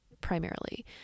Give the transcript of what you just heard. primarily